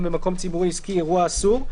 במקום ציבורי או עסקי אירוע אסור,